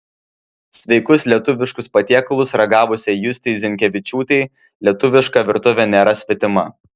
sveikus lietuviškus patiekalus ragavusiai justei zinkevičiūtei lietuviška virtuvė nėra svetima